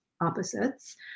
opposites